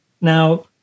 Now